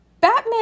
Batman